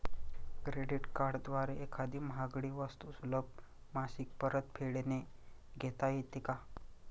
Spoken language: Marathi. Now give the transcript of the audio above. क्रेडिट कार्डद्वारे एखादी महागडी वस्तू सुलभ मासिक परतफेडने घेता येते का?